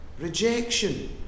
rejection